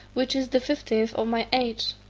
which is the fifteenth of my age.